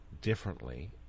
differently